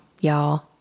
y'all